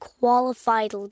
qualified